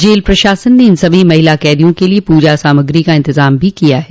jail प्रशासन ने इन सभी महिला कैदियों के लिये प्रजा सामाग्री का इंतजाम भी किया है